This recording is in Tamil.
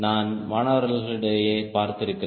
நான் மாணவர்களிடையே பார்த்திருக்கிறேன்